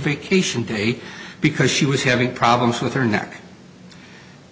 vacation day because she was having problems with her neck